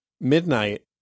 midnight